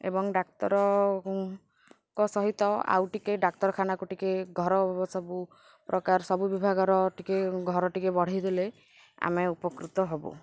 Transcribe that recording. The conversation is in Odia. ଏବଂ ଡାକ୍ତରଙ୍କ ସହିତ ଆଉ ଟିକେ ଡାକ୍ତରଖାନାକୁ ଟିକେ ଘର ସବୁ ପ୍ରକାର ସବୁ ବିଭାଗର ଟିକେ ଘର ଟିକେ ବଢ଼େଇଦେଲେ ଆମେ ଉପକୃତ ହେବୁ